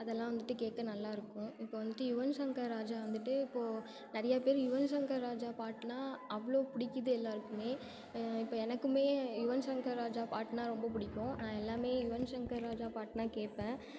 அதெல்லாம் வந்துட்டு கேட்க நல்லாயிருக்கும் இப்போ வந்துட்டு யுவன்சங்கர் ராஜா வந்துட்டு இப்போது நிறையாப்பேர் யுவன்சங்கர் ராஜா பாட்டுலாம் அவ்வளோ புடிக்குது எல்லாருக்கும் இப்போ எனக்கும் யுவன்சங்கர் ராஜா பாட்டுன்னா ரொம்ப பிடிக்கும் நான் எல்லாம் யுவன்சங்கர் ராஜா பாட்டுன்னா கேட்பேன்